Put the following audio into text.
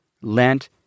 lent